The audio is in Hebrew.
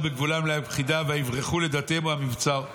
בגבולם להכחידם ויברחו לרתימה המבצר.